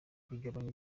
igabanya